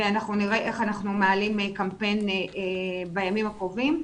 ואנחנו נראה איך אנחנו מעלים קמפיין בימים הקרובים.